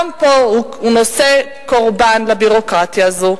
גם פה הנושא קורבן לביורוקרטיה הזו.